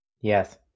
Yes